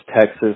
texas